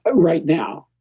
ah right now,